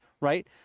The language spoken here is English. right